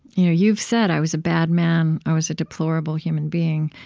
you know you've said, i was a bad man. i was a deplorable human being.